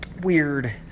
weird